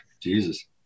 Jesus